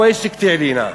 כמה אפשר לשמוע את כבר, נו?